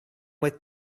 with